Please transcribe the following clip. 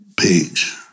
page